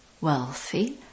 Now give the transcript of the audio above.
wealthy